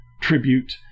tribute